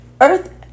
Earth